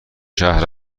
شهر